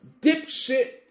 dipshit